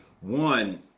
one